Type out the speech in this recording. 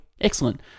excellent